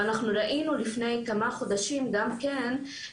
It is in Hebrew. אנחנו ראינו לפני חודש כמעט,